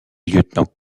lieutenant